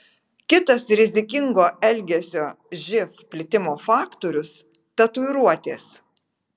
kitas rizikingo elgesio živ plitimo faktorius tatuiruotės